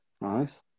nice